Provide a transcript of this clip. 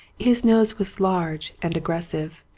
his nose was large and aggressive,